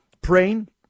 praying